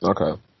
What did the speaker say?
Okay